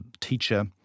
teacher